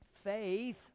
faith